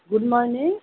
good morning